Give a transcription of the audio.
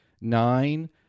Nine